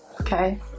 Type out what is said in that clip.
okay